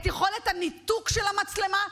את יכולת הניתוק של המצלמה,